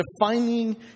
defining